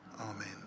Amen